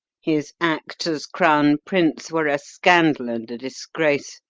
his acts as crown prince were a scandal and a disgrace.